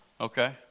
Okay